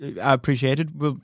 appreciated